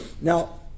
Now